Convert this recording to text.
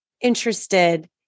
interested